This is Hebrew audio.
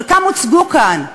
חלקם הוצגו כאן: